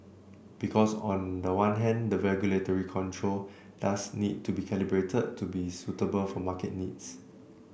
because on the one hand the regulatory control does need to be calibrated to be suitable for market needs